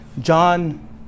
John